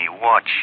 watch